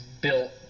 built